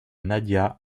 nadia